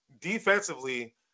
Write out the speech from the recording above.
Defensively